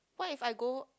what if I go